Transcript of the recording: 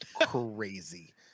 crazy